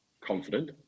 confident